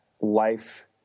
life